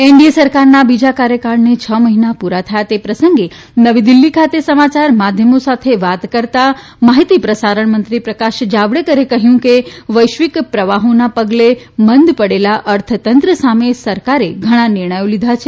NDA સરકારના બીજા કાર્યકાળને છ મહિના પૂરા થયા તે પ્રસંગે નવી દિલ્હી ખાતે સમાચાર માધ્યમો સાથે વાત કરતા માહિતી પ્રસારણ મંત્રી પ્રકાશ જાવડેકરે કહ્યું કે વૈશ્વિક પ્રવાહોના પગલે મંદ પડેલા અર્થતંત્ર સામે સરકારે ઘણા નિર્ણયો લીધા છે